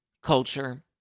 Culture